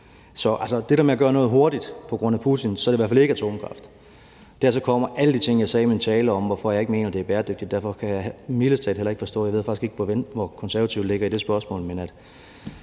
Så hvis man skal gøre noget hurtigt på grund af Putin, så er det i hvert fald ikke atomkraft. Dertil kommer alle de ting, jeg i min tale sagde, om, hvorfor jeg ikke mener, at det er bæredygtigt. Derfor kan jeg mildest talt heller ikke forstå – jeg ved faktisk ikke, hvor Konservative ligger i det spørgsmål